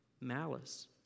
malice